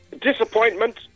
Disappointment